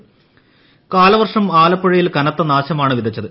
Alappuzha intro കാലവർഷം ആലപ്പുഴയിൽ കനത്ത നാശമാണ് വിതച്ചത്